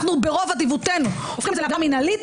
ברוב אדיבותנו הופכים את זה לעבירה מנהלית